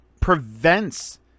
prevents